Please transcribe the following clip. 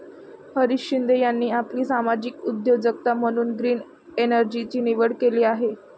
हरीश शिंदे यांनी आपली सामाजिक उद्योजकता म्हणून ग्रीन एनर्जीची निवड केली आहे